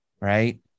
right